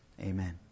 Amen